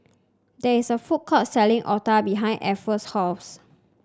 there is a food court selling otah behind Afton's house